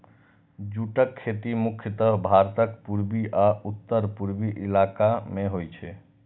जूटक खेती मुख्यतः भारतक पूर्वी आ उत्तर पूर्वी इलाका मे होइ छै